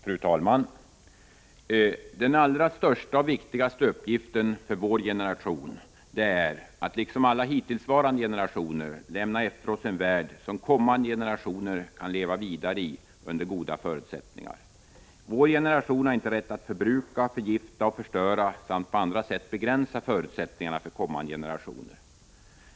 Fru talman! Den allra största och viktigaste uppgiften för vår generation är att — liksom alla hittillsvarande generationer — lämna efter oss en värld som kommande generationer kan leva vidare i under goda förutsättningar. Vår generation har inte rätt att förbruka, förgifta och förstöra samt på andra sätt begränsa förutsättningarna för kommande generationer.